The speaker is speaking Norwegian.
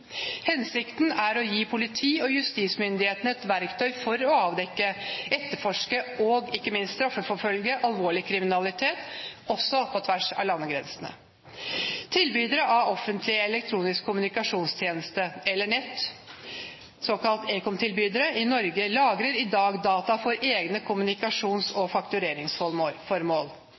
Hensikten er å gi politi- og justismyndighetene et verktøy for å avdekke, etterforske og ikke minst straffeforfølge alvorlig kriminalitet, også på tvers av landegrensene. Tilbydere av offentlig elektronisk kommunikasjonstjeneste eller -nett, såkalte ekomtilbydere, i Norge lagrer i dag data for egne kommunikasjons- og faktureringsformål.